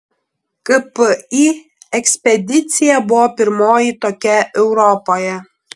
kpi ekspedicija buvo pirmoji tokia europoje